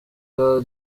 bwa